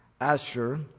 Asher